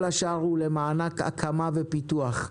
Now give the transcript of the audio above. כל השאר הוא למענק הקמה ופיתוח.